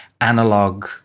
analog